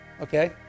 okay